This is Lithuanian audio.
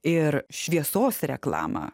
ir šviesos reklamą